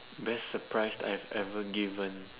best surprise that I have ever given